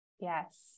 Yes